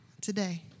today